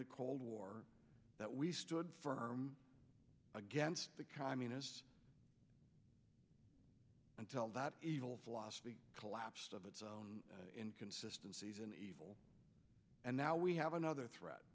the cold war that we stood firm against the communists until that philosophy collapsed of its own inconsistency is an evil and now we have another threat